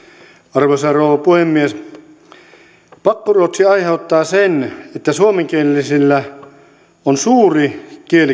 arvoisa rouva puhemies pakkoruotsi aiheuttaa sen että suomenkielisillä on suuri kielikuormitus